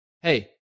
hey